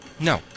No